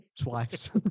Twice